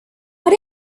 but